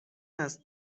است